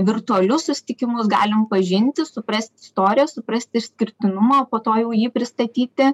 virtualius susitikimus galim pažinti suprast istoriją suprast išskirtinumą po to jau jį pristatyti